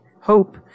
hope